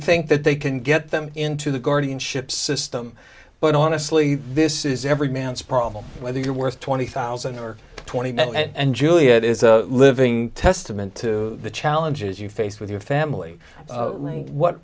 think that they can get them into the guardianship system but honestly this is every man's problem whether you're worth twenty thousand or twenty one and juliet is a living testament to the challenges you face with your family like what